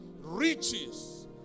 riches